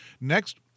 Next